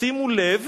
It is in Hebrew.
שימו לב